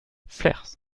flers